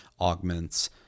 augments